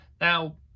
Now